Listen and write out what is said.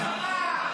תשקר, תשקר.